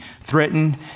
threatened